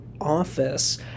office